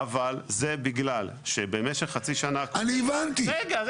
אבל זה בגלל שבמשך חצי שנה האחרונה